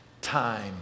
time